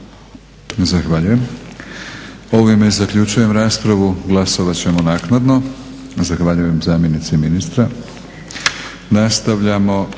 Zahvaljujem. Ovime zaključujem raspravu. Glasovat ćemo naknadno. Zahvaljujem zamjenici ministra. **Leko,